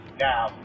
Now